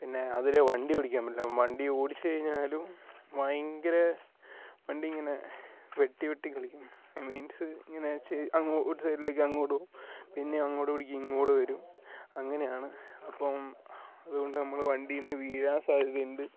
പിന്നെ അതിലെ വണ്ടി ഓടിക്കാൻ പറ്റില്ല വണ്ടി ഓടിച്ച് കഴിഞ്ഞാലും ഭയങ്കര വണ്ടി ഇങ്ങനെ വെട്ടിവെട്ടി കളിക്കും മീൻസ്സ് ഇങ്ങനെ ഒരു സൈഡിലേക്ക് അങ്ങോട്ട് പോകും പിന്നെ അങ്ങോട്ട് പിടിക്കും ഇങ്ങോട്ട് വരും അങ്ങനെയാണ് അപ്പം അതുകൊണ്ട് നമ്മൾ വണ്ടിയിൽനിന്ന് വീഴാൻ സാധ്യതയുണ്ട്